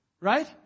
right